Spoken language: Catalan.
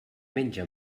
menja